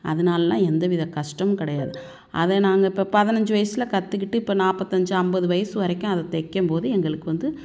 அதனாலலாம் எந்தவித கஷ்டமும் கிடையாது அதை நாங்கள் இப்போ பதினைஞ்சு வயசில் கற்றுக்கிட்டு இப்போ நாற்பத்தஞ்சு ஐம்பது வயசு வரைக்கும் அதை தைக்கும் போது எங்களுக்கு வந்து